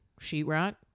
sheetrock